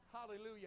Hallelujah